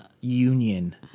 union